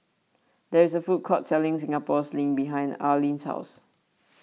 there is a food court selling Singapore Sling behind Arlene's house